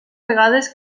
vegades